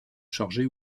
chargées